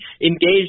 engaged